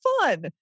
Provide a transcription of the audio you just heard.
fun